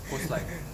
coast line